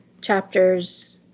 chapters